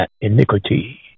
iniquity